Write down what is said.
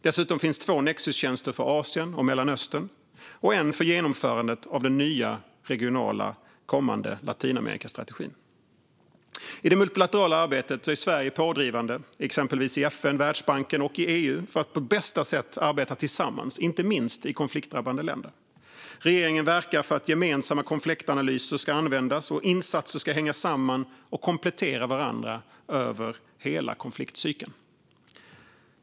Dessutom finns två nexustjänster för Asien och Mellanöstern och en för genomförandet av den kommande nya regionala Latinamerikastrategin. I det multilaterala arbetet är Sverige pådrivande för att exempelvis FN, Världsbanken och EU på bästa sätt ska arbeta tillsammans, inte minst i konfliktdrabbade länder. Regeringen verkar för att gemensamma konfliktanalyser ska användas och att insatser ska hänga samman och komplettera varandra över hela konfliktcykeln.